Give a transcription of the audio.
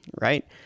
right